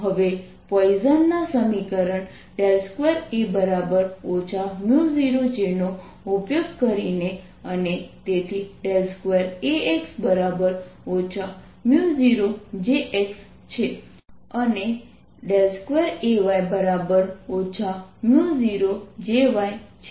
હવે પોઈસનના સમીકરણ Poisson's equation 2A 0J નો ઉપયોગ કરીને અને તેથી 2Ax 0Jx છે અને 2Ay 0Jy છે